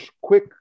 quick